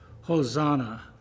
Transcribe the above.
hosanna